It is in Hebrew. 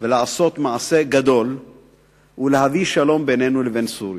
ולעשות מעשה גדול ולהביא שלום בינינו לבין סוריה.